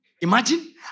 Imagine